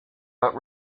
but